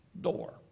door